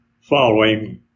following